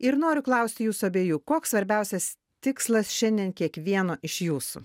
ir noriu klausti jūsų abiejų koks svarbiausias tikslas šiandien kiekvieno iš jūsų